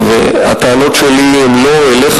והטענות שלי הן לא אליך,